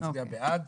נצביע בעד,